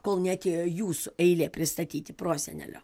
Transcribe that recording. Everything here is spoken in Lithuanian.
kol neatėjo jūsų eilė pristatyti prosenelio